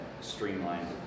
streamlined